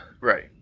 Right